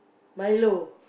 Milo